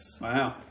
Wow